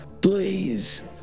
please